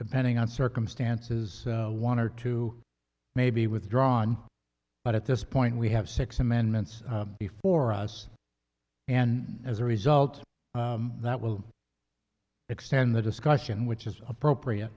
depending on circumstances one or two may be withdrawn but at this point we have six amendments before us and as a result that will extend the discussion which is appropriate